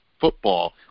football